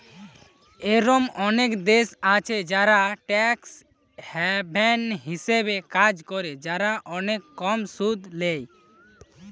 এরোম অনেক দেশ আছে যারা ট্যাক্স হ্যাভেন হিসাবে কাজ করে, যারা অনেক কম সুদ ল্যায়